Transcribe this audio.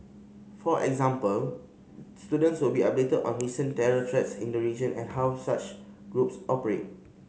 for example students will be updated on recent terror threats in the region and how such groups operate